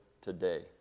today